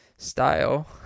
style